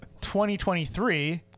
2023